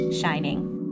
shining